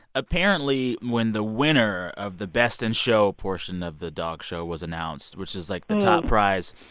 apparently, when the winner of the best in show portion of the dog show was announced, which is, like, the top prize,